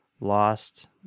Lost